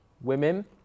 women